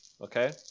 okay